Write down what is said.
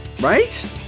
Right